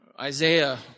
Isaiah